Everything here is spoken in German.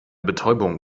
betäubung